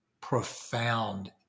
profound